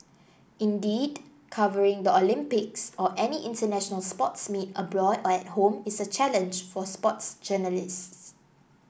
indeed covering the Olympics or any international sports meet abroad by home is a challenge for sports journalists